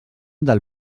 del